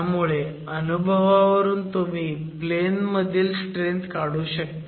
त्यामुळे अनुभवावरून तुम्ही प्लेन मधील स्ट्रेंथ काढू शकता